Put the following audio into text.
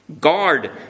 guard